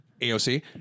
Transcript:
AOC